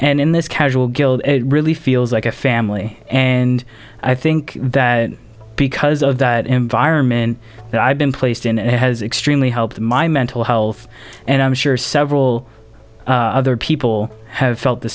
and in this casual guild it really feels like a family and i think that because of that environment that i've been placed in it has extremely helped my mental health and i'm sure several other people have felt the